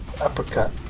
Uppercut